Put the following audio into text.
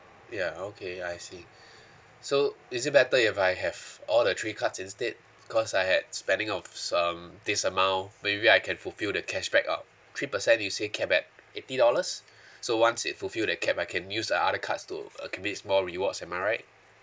ya okay I see so is it better if I have all the three cards instead cause I had spending of some this amount maybe I can fulfill the cashback of three percent you say cap at eighty dollars so once it fulfill that cap I can use the other cards to uh can bids more rewards am I right